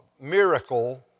miracle